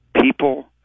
people